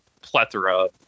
plethora